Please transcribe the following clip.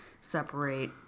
separate